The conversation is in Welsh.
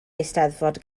eisteddfod